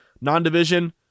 non-division